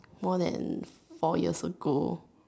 more than four years ago